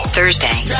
Thursday